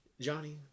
Johnny